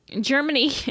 germany